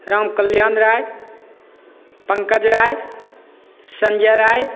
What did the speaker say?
Ram Kalyan Rai Pankaj Rai Sanjay Rai